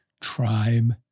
tribe